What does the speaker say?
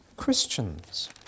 Christians